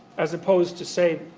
as opposed to say,